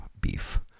beef